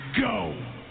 go